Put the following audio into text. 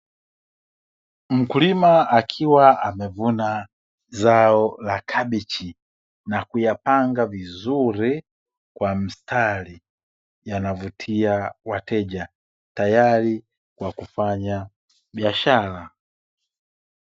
Mkulima akiwa amevuna zao la kabichi na kuyapanga vizuri kwa mstari yanavutia wateja tayari kwa kufanya biashara.